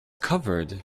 covered